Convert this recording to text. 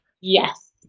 Yes